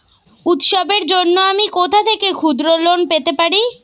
উৎসবের জন্য আমি কোথা থেকে ক্ষুদ্র লোন পেতে পারি?